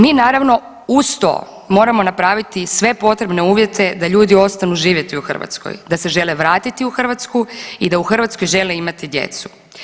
Mi naravno uz to moramo napraviti i sve potrebne uvjete da ljudi ostanu živjeti u Hrvatskoj, da se žele vratiti u Hrvatsku i da u Hrvatskoj žele imati djecu.